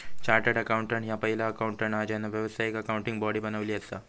chartered accountant ह्या पहिला accountant हा ज्यांना व्यावसायिक अकाउंटिंग बॉडी बनवली असा